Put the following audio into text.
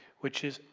which is,